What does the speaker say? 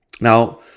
Now